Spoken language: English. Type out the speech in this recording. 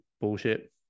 bullshit